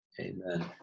Amen